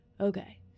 okay